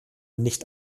nicht